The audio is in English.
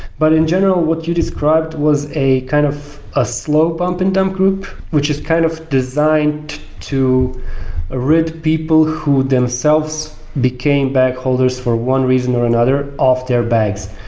but in general, what you described was a kind of ah slow pump and dump group, which is kind of designed to ah rid people who themselves became back holders for one reason or another off their bags.